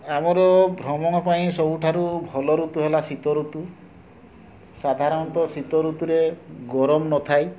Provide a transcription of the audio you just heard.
ଆମର ଭ୍ରମଣ ପାଇଁ ସବୁଠାରୁ ଭଲ ଋତୁ ହେଲା ଶୀତ ଋତୁ ସାଧାରଣତଃ ଶୀତ ଋତୁରେ ଗରମ ନଥାଏ